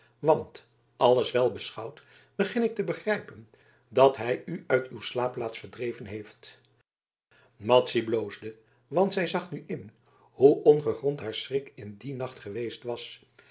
want alles wel beschouwd begin ik te begrijpen dat hij u uit uw slaapplaats verdreven heeft madzy bloosde want zij zag nu in hoe ongegrond haar schrik in dien nacht geweest was